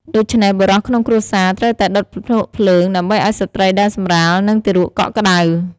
ដូច្នេះ បុរសក្នុងគ្រួសារត្រូវតែដុតភ្នក់ភ្លើង ដើម្បីឱ្យស្ត្រីដែលសម្រាល និងទារកកក់ក្ដៅ។